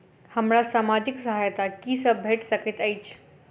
हमरा सामाजिक सहायता की सब भेट सकैत अछि?